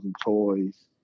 toys